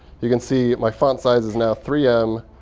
you can see my font size is now three m.